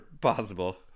possible